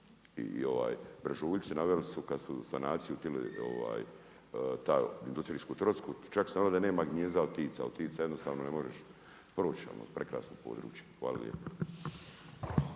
I brežuljci naveli su kada u su sanaciju htjeli taj …/Govornik se ne razumije./… čak su naveli da nema gnijezda od ptica. Od ptica jednostavno ne možeš proći, ono prekrasno područje. Hvala lijepo.